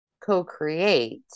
co-create